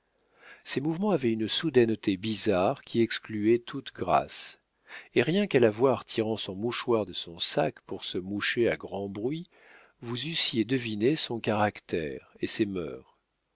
ses mouvements avaient une soudaineté bizarre qui excluait toute grâce et rien qu'à la voir tirant son mouchoir de son sac pour se moucher à grand bruit vous eussiez deviné son caractère et ses mœurs